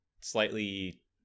slightly